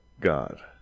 god